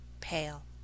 pale